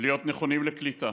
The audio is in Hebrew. ולהיות נכונים לקליטה,